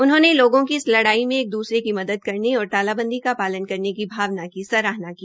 उन्होंने लोगों की इस लड़ाई में एक दूसे की मदद करने और तालाबंदी का पालन करने भावना की सराहना की